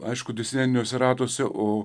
aišku disidentiniuose ratuose o